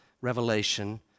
revelation